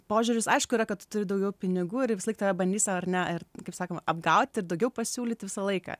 požiūris aišku yra kad tu turi daugiau pinigų ir jie visąlaik tave bandys ar ne kaip sakoma apgauti ir daugiau pasiūlyti visą laiką